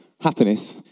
happiness